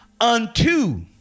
unto